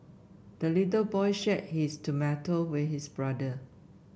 the little boy shared his tomato with his brother